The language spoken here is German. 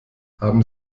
haben